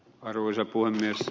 arvoisa puhemies